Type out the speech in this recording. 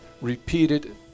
repeated